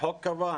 החוק קבע?